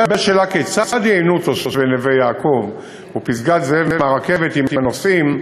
3. לשאלה כיצד ייהנו תושבי נווה-יעקב ופסגת-זאב מהרכבת אם הנוסעים,